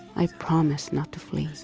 i promise not to flee.